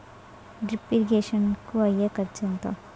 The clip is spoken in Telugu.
డ్రిప్ ఇరిగేషన్ కూ అయ్యే ఖర్చు ఎంత?